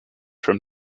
from